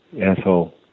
asshole